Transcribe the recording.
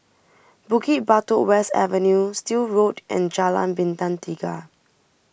Bukit Batok West Avenue Still Road and Jalan Bintang Tiga